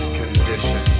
condition